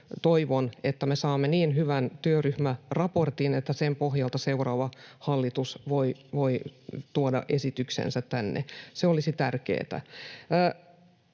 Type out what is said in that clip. toivon, että me saamme niin hyvän työryhmäraportin, että sen pohjalta seuraava hallitus voi tuoda esityksensä tänne. Se olisi tärkeätä.